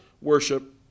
worship